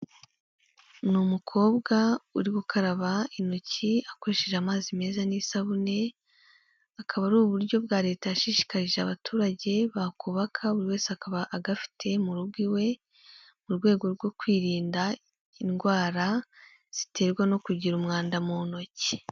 Ni umukobwa uri gukaraba intoki akoresheje amazi meza n'isabune, akaba ari uburyo bwa leta yashishikarije abaturage bakubaka buri wese akaba agafite mu rugo iwe, mu rwego rwo kwirinda indwara ziterwa no kugira umwanda mu ntoki.